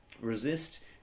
resist